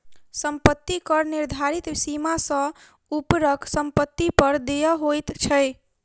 सम्पत्ति कर निर्धारित सीमा सॅ ऊपरक सम्पत्ति पर देय होइत छै